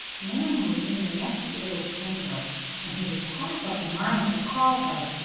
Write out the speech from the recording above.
nan was in the next little chamber and he was half of a mind to call her,